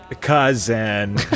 Cousin